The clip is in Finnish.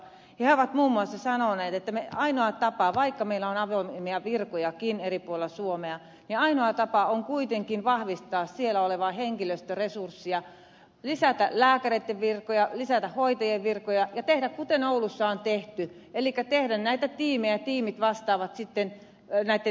he ovat muun muassa sanoneet että vaikka meillä on avoimia virkojakin eri puolilla suomea niin ainoa tapa on kuitenkin vahvistaa siellä olevaa henkilöstöresurssia lisätä lääkäreitten virkoja lisätä hoitajien virkoja ja tehdä kuten oulussa on tehty elikkä tehdä näitä tiimejä